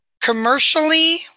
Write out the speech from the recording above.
commercially